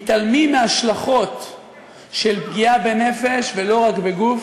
מתעלמים מההשלכות של פגיעה בנפש, ולא רק בגוף.